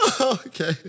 Okay